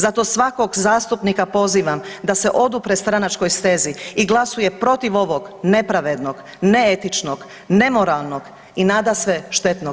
Zato svakog zastupnika pozivam da se odupre stranačkoj stezi i glasuje protiv ovog nepravednog, neetičnog, nemoralnog i nadasve štetnog